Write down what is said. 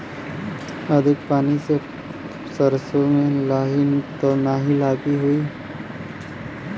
अधिक पानी से सरसो मे लाही त नाही होई?